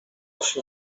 się